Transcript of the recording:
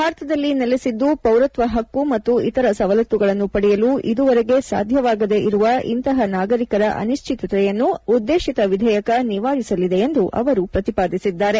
ಭಾರತದಲ್ಲಿ ನೆಲೆಸಿದ್ದೂ ಪೌರತ್ನ ಹಕ್ಕು ಮತ್ತು ಇತರ ಸವಲತ್ತುಗಳನ್ನು ಪಡೆಯಲು ಇದುವರೆಗೆ ಸಾಧ್ಯವಾಗದೇ ಇರುವ ಇಂತಹ ನಾಗರಿಕರ ಅನಿಶ್ಚಿತತೆಯನ್ನು ಉದ್ದೇಶಿತ ವಿಧೇಯಕ ನಿವಾರಿಸಲಿದೆ ಎಂದು ಅವರು ಪ್ರತಿಪಾದಿಸಿದ್ದಾರೆ